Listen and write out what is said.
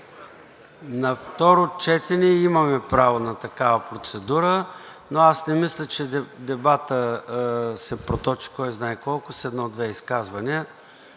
На второ четене имаме право на такава процедура, но аз не мисля, че дебатът се проточи кой знае колко с едно-две изказвания.